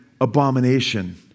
abomination